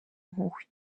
impuhwe